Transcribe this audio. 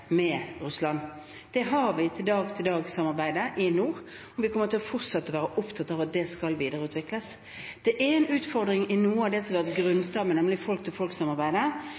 med Russland. Det har vi i dag-til-dag-samarbeidet i nord, og vi kommer til å fortsette å være opptatt av at det skal videreutvikles. Det er en utfordring i noe av det som har vært grunnstammen, nemlig